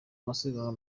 amasiganwa